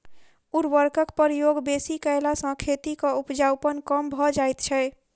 उर्वरकक प्रयोग बेसी कयला सॅ खेतक उपजाउपन कम भ जाइत छै